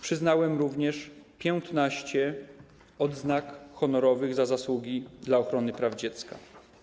Przyznałem również 15 odznak honorowych za zasługi dla ochrony praw dziecka.